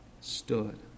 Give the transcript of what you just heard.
stood